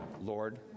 Lord